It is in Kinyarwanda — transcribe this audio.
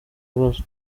bibazo